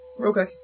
Okay